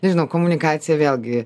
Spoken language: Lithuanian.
nežinau komunikacija vėlgi